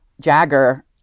Jagger